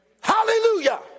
hallelujah